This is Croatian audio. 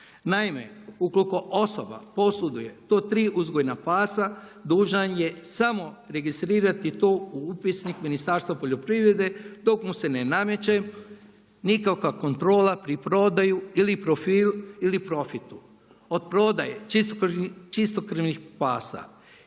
Naime, ukoliko osoba posjeduje do tri uzgojna pasa dužan je samo registrirati to u upisnik Ministarstva poljoprivrede dok mu se ne nameće nikakva kontrola pri prodaju ili profitu od prodaje čistokrvnih pasa.